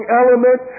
element